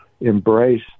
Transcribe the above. embrace